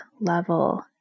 level